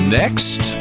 next